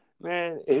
man